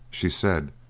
she said,